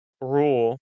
rule